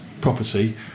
property